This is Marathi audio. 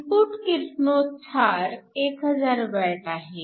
इनपुट किरणोत्सार 1000W आहे